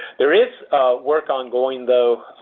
there is work ongoing, though,